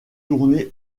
tournée